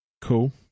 Cool